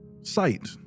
Sight